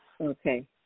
Okay